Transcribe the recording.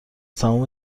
تموم